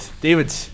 David